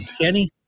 Kenny